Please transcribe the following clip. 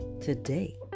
today